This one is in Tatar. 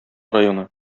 районы